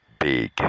big